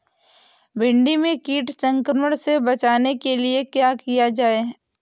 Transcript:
भिंडी में कीट संक्रमण से बचाने के लिए क्या किया जाए?